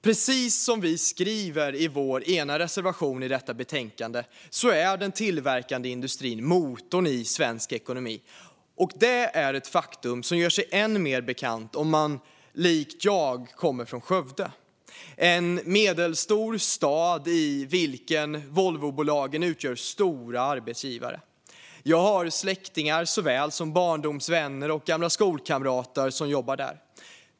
Precis som vi skriver i vår ena reservation i detta betänkande är den tillverkande industrin motorn i svensk ekonomi, och det är ett faktum som gör sig än mer bekant om man som jag kommer från Skövde. Det är en medelstor stad i vilken Volvobolagen utgör stora arbetsgivare. Jag har släktingar, barndomsvänner och gamla skolkamrater som jobbar där.